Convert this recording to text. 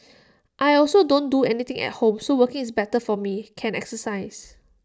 I also don't do anything at home so working is better for me can exercise